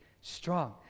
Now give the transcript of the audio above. strong